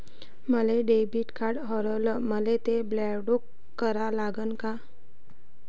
माय debit card हारवलं, मले ते ब्लॉक कस करा लागन?